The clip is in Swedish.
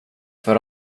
för